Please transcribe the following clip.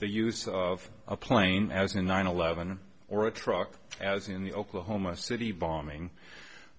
the use of a plane as in nine eleven or a truck as in the oklahoma city bombing